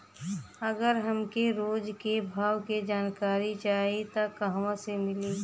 अगर हमके रोज के भाव के जानकारी चाही त कहवा से मिली?